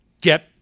Get